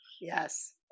Yes